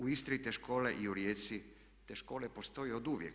U Istri te škole i u Rijeci te škole postoje oduvijek.